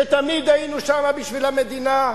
שתמיד היינו שם בשביל המדינה,